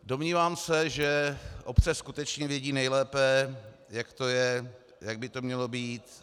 Domnívám se, že obce skutečně vědí nejlépe, jak to je, jak by to mělo být.